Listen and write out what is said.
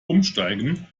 umsteigen